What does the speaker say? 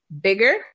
bigger